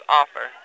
offer